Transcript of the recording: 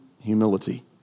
humility